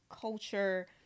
culture